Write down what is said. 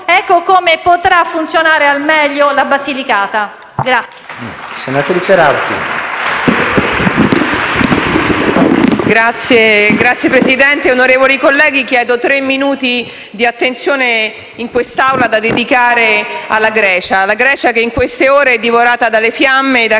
ecco come potrà funzionare al meglio la Basilicata.